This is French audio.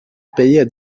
payer